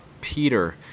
Peter